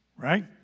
right